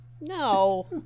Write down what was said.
no